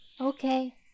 Okay